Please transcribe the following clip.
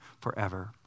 forever